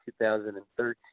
2013